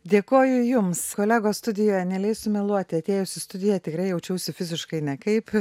dėkoju jums kolegos studijoje neleis sumeluoti atėjus į studiją tikrai jaučiausi fiziškai nekaip